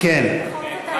בכל זאת,